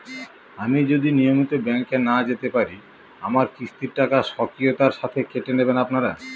আমি যদি নিয়মিত ব্যংকে না যেতে পারি আমার কিস্তির টাকা স্বকীয়তার সাথে কেটে নেবেন আপনারা?